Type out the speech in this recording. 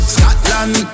Scotland